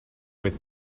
with